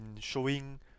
showing